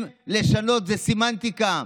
לשנות שם זה סמנטיקה,